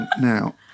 now